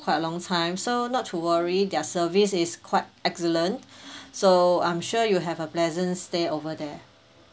quite a long time so not to worry their service is quite excellent so I'm sure you have a pleasant stay over there